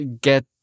get